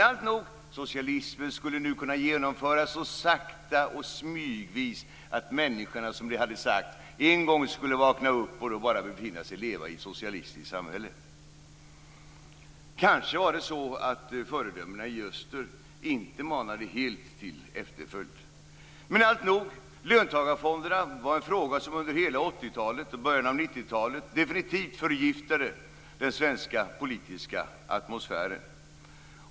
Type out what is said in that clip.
Alltnog, socialismen skulle nu kunna genomföras så sakta och smygvis att människorna, som det hade sagts, en gång skulle vakna upp och befinna sig leva i ett socialistiskt samhälle. Kanske manade inte föredömena i öster helt till efterföljd. Men löntagarfonderna var en fråga som under hela 80-talet och början av 90-talet definitivt förgiftade den svenska politiska atmosfären.